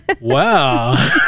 wow